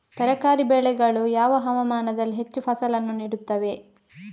ತರಕಾರಿ ಬೆಳೆಗಳು ಯಾವ ಹವಾಮಾನದಲ್ಲಿ ಹೆಚ್ಚು ಫಸಲನ್ನು ನೀಡುತ್ತವೆ?